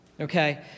Okay